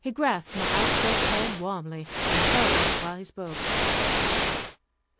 he grasped my outstretched hand warmly, and held it while he spoke